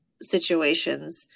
situations